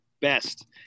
best